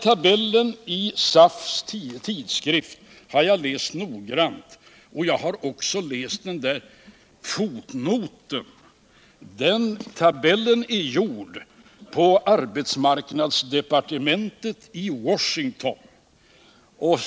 Tabellen i SAF:s tidskrift har jag läst noggrant och jag har även läst fotnoten. Tabellen är gjord på arbetsmarknadsdepartementet i Washington.